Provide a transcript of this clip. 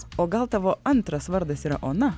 o gal tavo antras vardas yra ona